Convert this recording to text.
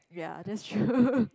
ya that's true